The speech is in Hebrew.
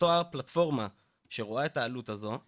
שאותה הפלטפורמה שרואה את העלות הזו,